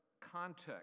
context